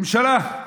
ממשלה,